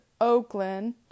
oakland